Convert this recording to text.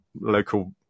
local